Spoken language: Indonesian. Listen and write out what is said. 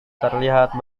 terlihat